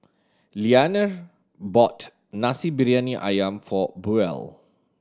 Leaner bought Nasi Briyani Ayam for Buell